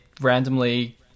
randomly